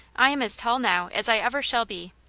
i am as tall now as i ever shall be,